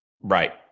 right